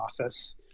office